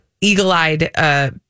eagle-eyed